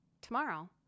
tomorrow